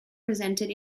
presented